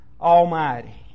Almighty